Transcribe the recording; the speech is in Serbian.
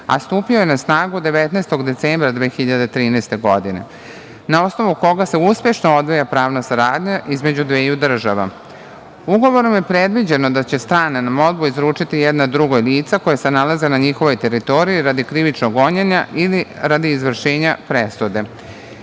a stupio je na snagu 19. decembra 2013. godine, n a osnovu koga se uspešno odvija pravna saradnja između dveju država. Ugovorom je predviđeno da će strana na molbu izručiti jedna drugoj lica koja se nalazi na njihovoj teritoriji radi krivičnog gonjenja ili radi izvršenja